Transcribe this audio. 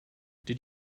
did